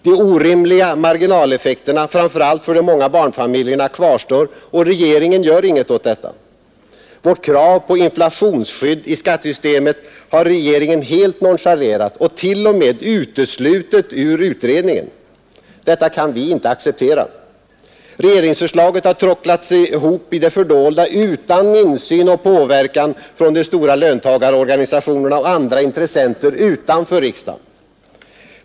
De orimliga marginaleffekterna, framför allt för de många barnfamiljerna, kvarstår, och regeringen gör inget åt detta. Vårt krav på inflationsskydd i skattesystemet har regeringen helt nonchalerat och t.o.m. uteslutit ur utredningsdirektiven. Detta kan vi inte acceptera. Regeringsförslaget har tråcklats ihop i det fördolda, utan insyn och påverkan från de stora löntagarorganisationerna och andra intressenter utanför riksdagen.